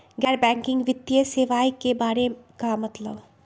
गैर बैंकिंग वित्तीय सेवाए के बारे का मतलब?